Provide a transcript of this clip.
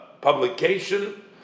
publication